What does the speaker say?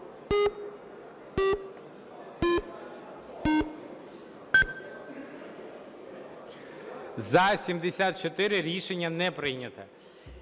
За-73 Рішення не прийнято.